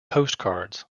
postcards